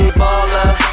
baller